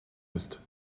ist